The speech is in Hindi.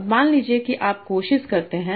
अब मान लीजिए कि आप कोशिश करते हैं